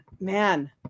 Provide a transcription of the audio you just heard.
man